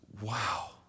wow